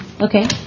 Okay